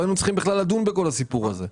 היינו צריכים בכלל לדון בכל הסיפור הזה.